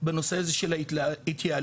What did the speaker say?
בנושא הזה של התייעלות,